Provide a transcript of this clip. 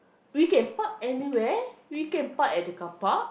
we can park anywhere we can park at the carpark